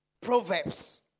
Proverbs